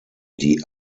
die